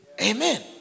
Amen